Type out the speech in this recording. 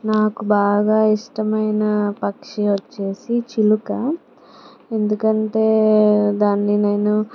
నాకు బాగా ఇష్టమైన పక్షి వచ్చేసి చిలుక ఎందుకంటే దాన్ని నేను